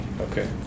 okay